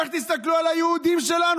איך תסתכלו על היהודים שלנו,